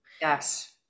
Yes